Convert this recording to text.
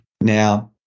Now